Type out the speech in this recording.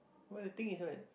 well the thing is right